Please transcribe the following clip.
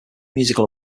musical